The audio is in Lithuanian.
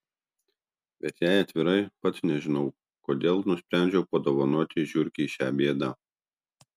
bet jei atvirai pats nežinau kodėl nusprendžiau padovanoti žiurkei šią bėdą